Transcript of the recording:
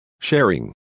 Sharing